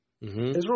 Israel